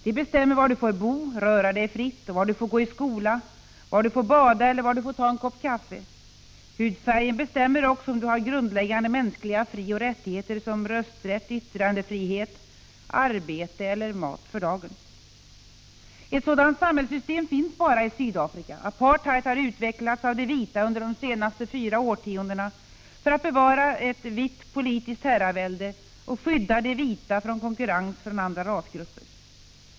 De bestämmer var du får bo och röra dig fritt, var du får gå i skolan, var du får bada eller var du får ta en kopp kaffe. Hudfärgen bestämmer också om du har grundläggande mänskli Ett sådant samhällssystem finns bara i Sydafrika. Apartheid har utvecklats 17 december 1985 av de vita under de senaste fyra årtiondena för att bevara ett vitt politiskt herravälde och skydda de vita från konkurrens från andra rasgrupper.